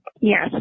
Yes